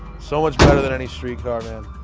so much better than any street car, man.